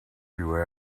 you